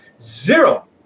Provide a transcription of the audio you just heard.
zero